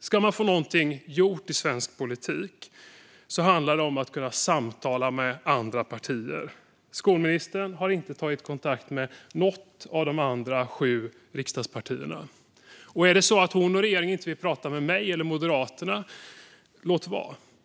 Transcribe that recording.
Ska man få något gjort i svensk politik handlar det om att kunna samtala med andra partier. Skolministern har inte tagit kontakt med något av de sju andra riksdagspartierna. Låt vara att hon inte vill prata med mig eller Moderaterna.